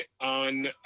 on